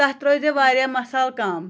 تَتھ ترٛٲے زِ وارِیاہ مصالہٕ کَم